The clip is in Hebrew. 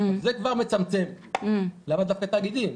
זה כבר מצמצם, למה דווקא תאגידים?